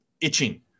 itching